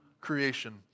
creation